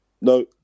No